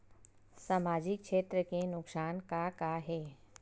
सामाजिक क्षेत्र के नुकसान का का हे?